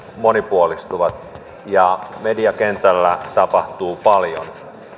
monipuolistuvat ja mediakentällä tapahtuu paljon